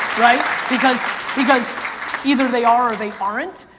right? because because either they are or they aren't.